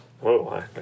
whoa